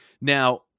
Now